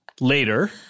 later